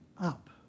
up